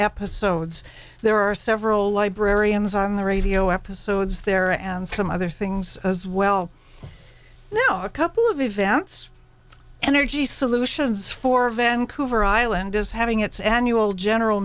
episodes there are several librarians on the radio episodes there and some other things as well now a couple of events energy solutions for vancouver island is having its annual general